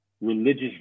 religious